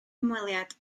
hymweliad